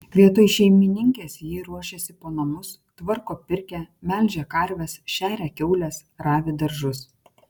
vietoj šeimininkės ji ruošiasi po namus tvarko pirkią melžia karves šeria kiaules ravi daržus